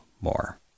more